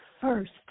first